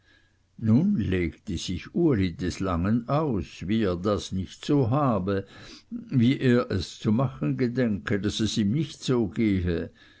nun legte sich uli des langen aus wie er das nicht so habe wie er es zu machen gedenke daß es ihm nicht so gehe